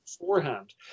beforehand